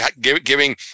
giving